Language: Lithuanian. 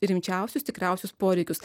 rimčiausius tikriausius poreikius